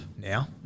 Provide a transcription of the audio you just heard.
now